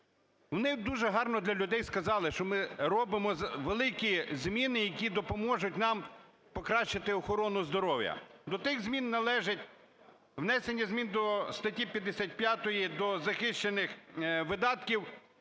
Вони дуже гарно для людей сказали, що ми робимо великі зміни, які допоможуть нам покращити охорону здоров'я. До тих змін належить внесення змін до статті 55 до захищених видатків